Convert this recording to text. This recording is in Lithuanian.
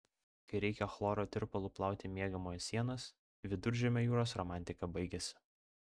kai reikia chloro tirpalu plauti miegamojo sienas viduržemio jūros romantika baigiasi